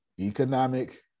economic